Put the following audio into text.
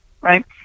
right